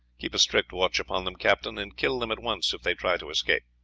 keep a strict watch upon them, captain, and kill them at once if they try to escape.